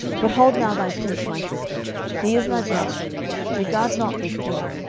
but hold now thy peace, my sister he is thy brother regard not this thing.